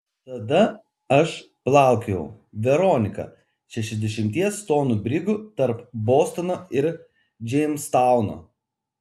tada aš plaukiojau veronika šešiasdešimties tonų brigu tarp bostono ir džeimstauno